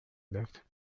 left